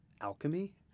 alchemy